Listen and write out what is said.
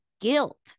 guilt